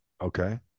Okay